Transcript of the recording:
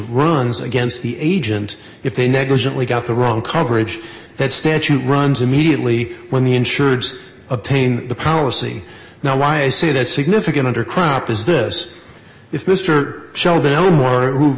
runs against the agent if they negligently got the wrong coverage that statute runs immediately when the insurers obtain the policy now why i say that's significant under crop is this if mr sho